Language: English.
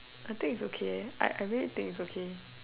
I think it's okay eh I I really think it's okay